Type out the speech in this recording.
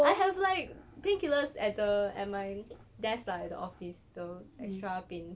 I have like painkillers at the at my desk lah at the office the extra pain